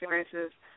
experiences